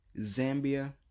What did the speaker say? Zambia